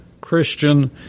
Christian